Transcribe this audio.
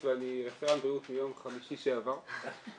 מספרים לנו שזה בעבודה וזה